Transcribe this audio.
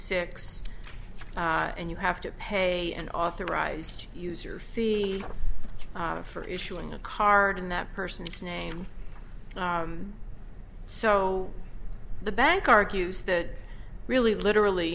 six and you have to pay an authorized user fee for issuing a card in that person's name so the bank argues that really literally